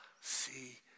see